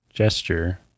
gesture